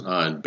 on